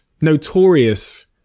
notorious